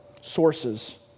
sources